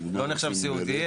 לא נחשב סיעודי,